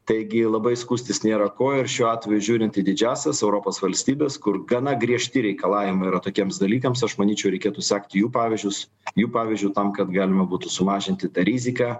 taigi labai skųstis nėra ko ir šiuo atveju žiūrint į didžiąsias europos valstybes kur gana griežti reikalavimai yra tokiems dalykams aš manyčiau reikėtų sekti jų pavyzdžius jų pavyzdžiu tam kad galima būtų sumažinti tą riziką